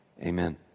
Amen